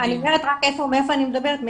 אני אומרת רק מאיזה מעון.